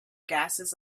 gases